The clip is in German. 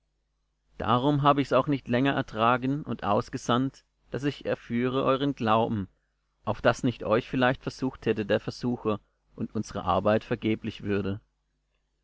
darum habe ich's auch nicht länger ertragen und ausgesandt daß ich erführe euren glauben auf daß nicht euch vielleicht versucht hätte der versucher und unsre arbeit vergeblich würde